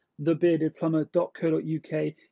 thebeardedplumber.co.uk